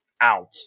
out